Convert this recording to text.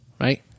Right